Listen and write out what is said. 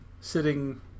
sitting